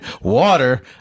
Water